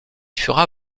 fera